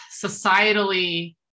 societally